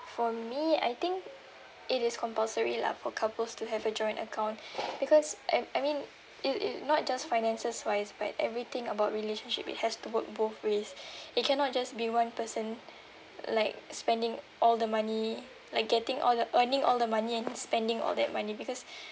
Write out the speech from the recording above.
for me I think it is compulsory lah for couples to have a joint account because um I mean it it not just finances-wise but everything about relationship it has to work both ways it cannot just be one person like spending all the money like getting all the earning all the money and spending all that money because